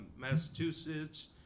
Massachusetts